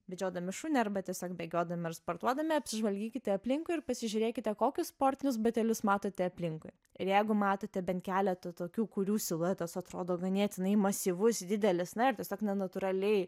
vedžiodami šunį arba tiesiog bėgiodami ar sportuodami apsižvalgykite aplinkui ir pasižiūrėkite kokius sportinius batelius matote aplinkui ir jeigu matote bent keletą tokių kurių siluetas atrodo ganėtinai masyvus didelis na ir tiesiog nenatūraliai